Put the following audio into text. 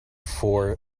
for